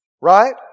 Right